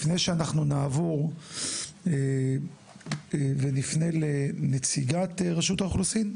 לפני שאנחנו נעבור ונפנה לנציגת רשות האוכלוסין,